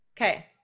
Okay